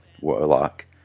warlock